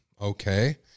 okay